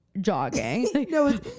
jogging